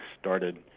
started